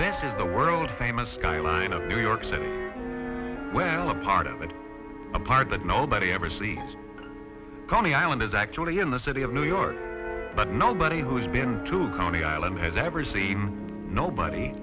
this is the world famous skyline of new york city well a part of it a part that nobody ever sees coney island is actually in the city of new york but nobody who's been to coney island has ever seen nobody